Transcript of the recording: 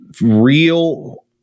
real